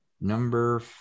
number